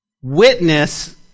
witness